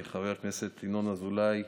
חבר הכנסת ינון אזולאי,